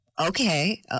okay